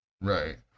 Right